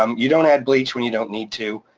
um you don't add bleach when you don't need to.